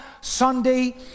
Sunday